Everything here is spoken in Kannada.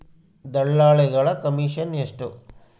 ದಲ್ಲಾಳಿಗಳ ಕಮಿಷನ್ ಎಷ್ಟು?